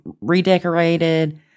redecorated